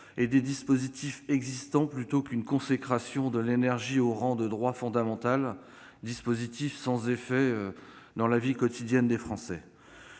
des dispositifs existants plutôt qu'une consécration de l'énergie au rang de droit fondamental, dispositif sans effet sur la vie quotidienne des Français.